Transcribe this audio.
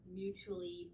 mutually